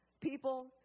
People